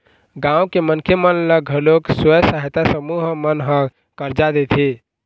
गाँव के मनखे मन ल घलोक स्व सहायता समूह मन ह करजा देथे